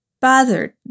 bothered